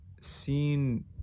seen